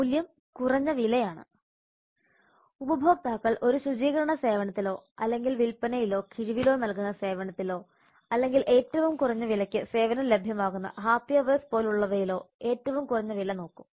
മൂല്യം കുറഞ്ഞ വിലയാണ് ഉപഭോക്താക്കൾ ഒരു ശുചീകരണ സേവനത്തിലോ അല്ലെങ്കിൽ വിൽപ്പനയിലോ കിഴിവിലോ നൽകുന്ന സേവനത്തിലോ അല്ലെങ്കിൽ ഏറ്റവും കുറഞ്ഞ വിലയ്ക്ക് സേവനം ലഭ്യമാകുന്ന ഹാപ്പി അവേഴ്സ് പോലുള്ളവയിലോ ഏറ്റവും കുറഞ്ഞ വില നോക്കും